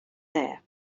there